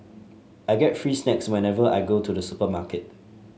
I get free snacks whenever I go to the supermarket